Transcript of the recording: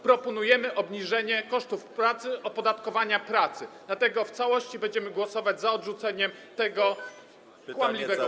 Proponujemy obniżenie kosztów pracy, opodatkowania pracy, dlatego w całości będziemy głosować za odrzuceniem tego kłamliwego projektu.